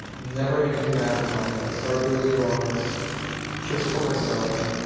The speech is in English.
never anything i had in mind. i started doing the drawings just for myself